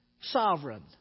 sovereign